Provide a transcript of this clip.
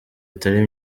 itari